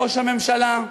ראש הממשלה,